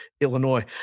Illinois